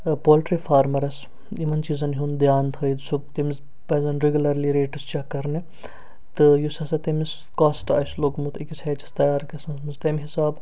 یا poultry farmers یِمَن چیٖزَن ہُنٛد دِیان تھٲوِتھ سُہ تٔمِس پَزَن ریگوٗلرلی ریٹٔس چیک کَرنہِ تہٕ یُس ہسا تٔمِس کاسٹ آسہِ لوٚگمُت أکِس ہیچَس تَیار گژھنَس منٛز تَمہِ حِسابہٕ